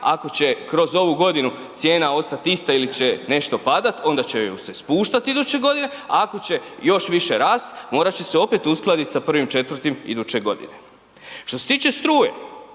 ako će kroz ovu godinu cijena ostat ista ili će nešto padat onda će ju se spuštat iduće godine, ako će još više rast, morat će se opet uskladit sa 1.4. iduće godine. Što se tiče struje,